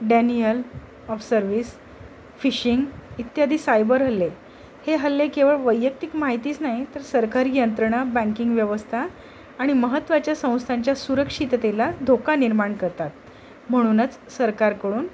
Daniel of service phishing इत्यादी cyber हल्ले हे हल्ले केवळ वैयक्तिक माहितीच नाही तर सरकारी यंत्रणा बँकिंग व्यवस्था आणि महत्त्वाच्या संस्थांच्या सुरक्षिततेला धोका निर्माण करतात म्हणूनच सरकारकडून